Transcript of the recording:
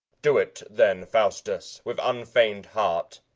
do it, then, faustus, with unfeigned heart,